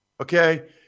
okay